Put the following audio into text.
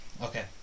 Okay